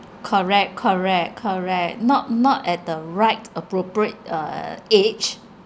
correct correct correct not not at the right appropriate uh age